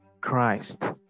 Christ